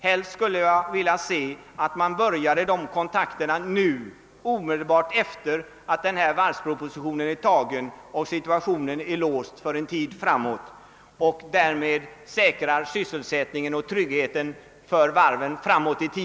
Helst skulle jag vilja se att man började ta sådana kontakter nu, omedelbart efter det att denna varvsproposition har bifallits och situationen är låst för en tid framåt. Därmed säkras sysselsättningen och tryggheten för varven.